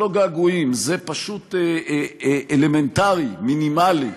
זה לא געגועים, זה אלמנטרי, מינימלי.